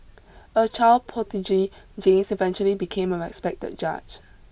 a child prodigy James eventually became a respected judge